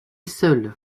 seul